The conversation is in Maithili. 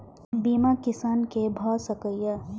बीमा किसान कै भ सके ये?